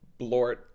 Blort